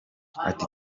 ati